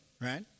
right